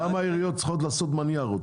אבל למה העיריות צריכות לעשות מניארות?